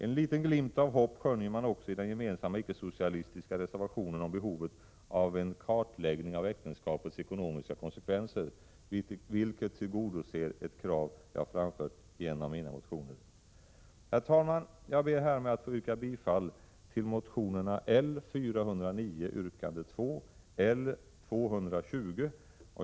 En liten glimt av hopp skönjer man också i den gemensamma icke-socialistiska reservationen om behovet av en kartläggning av äktenskapets ekonomiska konsekvenser, vilken tillgodoser ett krav jag framfört i en av mina motioner. Herr talman! Jag ber härmed att få yrka bifall till motionerna L409 och L220.